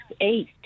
eight